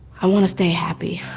i want to stay happy.